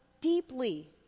deeply